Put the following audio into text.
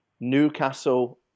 Newcastle